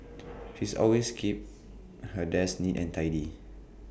she's always keeps her desk neat and tidy